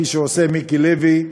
כפי שעושה מיקי לוי,